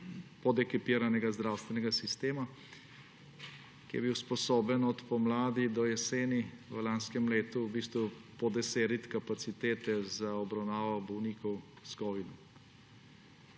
podekipiranega zdravstvenega sistema, ki je bil sposoben od pomladi do jeseni v lanskem letu v bistvu podeseteriti kapacitete za obravnavo bolnikov s kovidom.